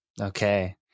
Okay